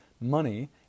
money